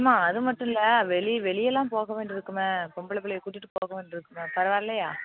அம்மா அது மட்டும் இல்லை வெளியே வெளியேல்லாம் போக வேண்டிது இருக்கும் பொம்பளை பிள்ளைய கூட்டிட்டு போக வேண்டிது இருக்கும் பரவாயில்லையா